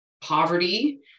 poverty